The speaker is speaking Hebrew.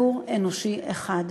כדור אנושי אחד.